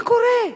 מה קורה?